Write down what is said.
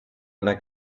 einer